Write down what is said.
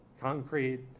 Concrete